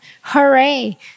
hooray